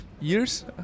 years